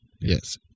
Yes